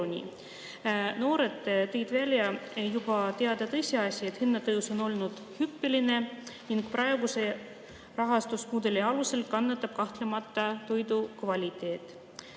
Noored tõid välja juba teada tõsiasja, et hinnatõus on olnud hüppeline ning praeguse rahastusmudeli alusel kannatab kahtlemata toidu kvaliteet.